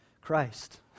Christ